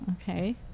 Okay